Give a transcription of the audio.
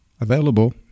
available